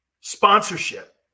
sponsorship